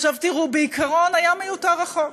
עכשיו, תראו, בעיקרון, היה מיותר החוק.